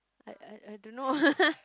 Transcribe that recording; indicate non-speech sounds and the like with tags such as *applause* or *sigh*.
I I I don't know *laughs*